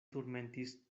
turmentis